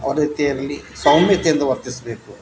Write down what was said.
ಅದೇ ರೀತಿಯಲ್ಲಿ ಸೌಮ್ಯತೆಯಿಂದ ವರ್ತಿಸಬೇಕು